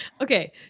Okay